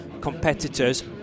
competitors